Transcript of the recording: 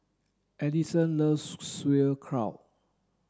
Edison loves Sauerkraut